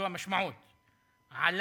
זו